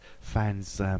fans